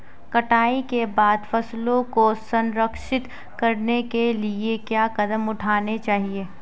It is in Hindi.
कटाई के बाद फसलों को संरक्षित करने के लिए क्या कदम उठाने चाहिए?